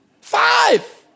Five